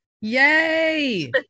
Yay